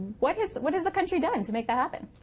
what has what has the country done to make that happen.